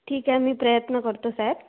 ठीक आहे मी प्रयत्न करतो साहेब